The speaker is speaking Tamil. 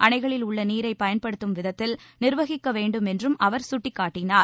அணைகளில் உள்ள நீரை பயன்படும் விதத்தில் நிர்வகிக்க வேண்டும் என்றும அவர் சுட்டிக்காட்டினார்